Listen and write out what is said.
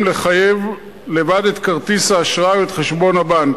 לחייב לבד את כרטיס האשראי או את חשבון הבנק,